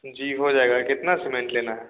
जी हो जाएगा कितना सीमेंट लेना है